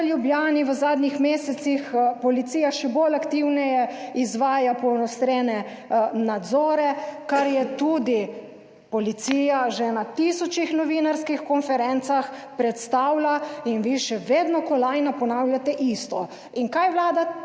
Ljubljani v zadnjih mesecih policija še bolj aktivneje izvaja poostrene nadzore, kar je tudi policija že na tisočih novinarskih konferencah predstavila in vi še vedno kolajna, ponavljate isto. In kaj Vlada